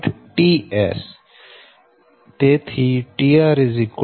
11 અને tR 1tS11